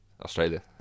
Australia